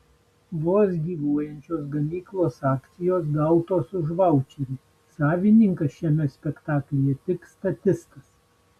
vos gyvuojančios gamyklos akcijos gautos už vaučerį savininkas šiame spektaklyje tik statistas